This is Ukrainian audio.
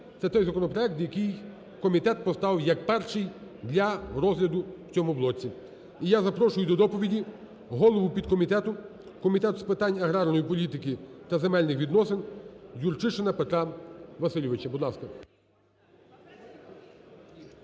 Це той законопроект, який комітет поставив як перший для розгляду у цьому блоці. І я запрошую до доповіді голову підкомітету Комітету з питань аграрної політики та земельних відносин Юрчишина Петра Васильовича. Будь ласка.